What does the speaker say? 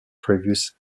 previous